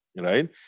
right